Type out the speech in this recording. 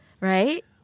Right